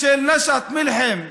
של נשאת מלחם,